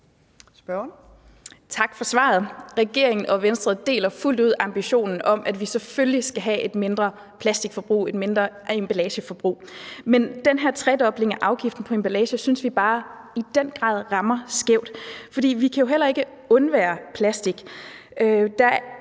Tak for svaret. Regeringen og Venstre deler fuldt ud ambitionen om, at vi selvfølgelig skal have et mindre plastikforbrug og et mindre emballageforbug, men den her tredobling af afgiften på emballage synes vi bare i den grad rammer skævt. For vi kan jo heller ikke undvære plastik,